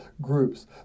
groups